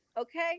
Okay